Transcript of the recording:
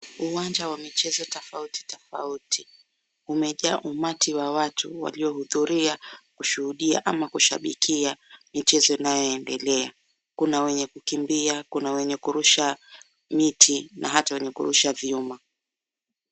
Uwanja wa michezo tofauti tofauti umejaa umati wa watu waliohudhuria, kushuhudia ama kushabikia michezo inayoendelea. Kuna wenye kukimbia, kuna wenye kurusha miti na hata wenye kurusha vyuma.